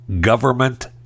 Government